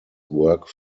work